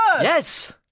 Yes